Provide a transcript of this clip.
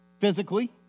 physically